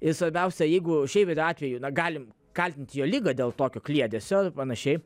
ir svarbiausia jeigu šiaip atveju na galim kaltinti jo ligą dėl tokio kliedesio ar panašiai